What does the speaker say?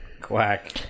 Quack